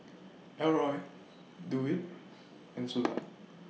Elroy Dewitt and Sula